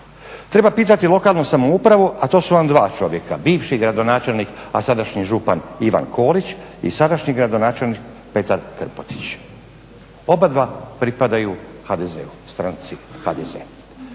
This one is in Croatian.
Treba pitati lokalnu samoupravu, a to su vam dva čovjeka, bivši gradonačelnik, a sadašnji župan Milan Kolić i sadašnji gradonačelnik Petar Krmpotić, oba dva pripadaju HDZ-u, stranci HDZ-a.